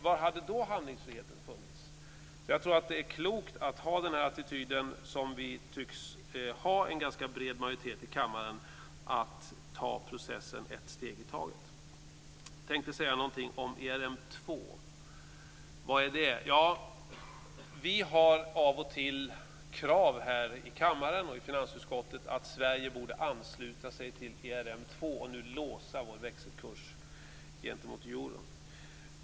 Var hade då handlingsfriheten funnits? Jag tror att det är klokt att ha den attityd som vi tycks ha en ganska bred majoritet i kammaren för, nämligen att ta processen ett steg i taget. Jag tänkte säga något om ERM 2. Vi har av och till krav här i kammaren och i finansutskottet att Sverige borde ansluta sig till ERM 2 och låsa vår växelkurs gentemot euron.